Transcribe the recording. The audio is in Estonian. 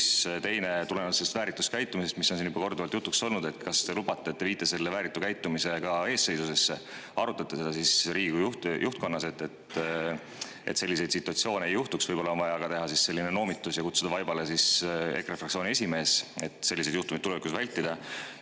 Teine tuleneb sellest vääritust käitumisest, mis on siin juba korduvalt jutuks olnud. Kas te lubate, et te viite selle vääritu käitumise [mure] ka eestseisusesse, arutate seda Riigikogu juhtkonnas, et selliseid situatsioone ei juhtuks? Võib-olla on vaja teha noomitus ja kutsuda vaibale EKRE fraktsiooni esimees, et selliseid juhtumeid tulevikus vältida.